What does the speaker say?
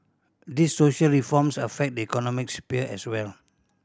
these social reforms affect the economic sphere as well